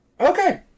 Okay